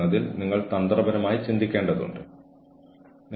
തുടർന്ന് അത് അവരെ സഹായിക്കുന്നു അവരുടെ ജോലികളിൽ ഏർപ്പെട്ടിരിക്കുക